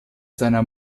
seiner